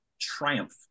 Triumph